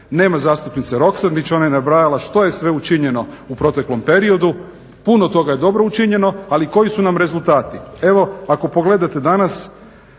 Nema zastupnice Roksandić. Ona je nabrajala što je sve učinjeno u proteklom periodu. Puno toga je dobro učinjeno ali koji su nam rezultati. Evo ako pogledate danas